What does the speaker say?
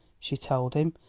she told him,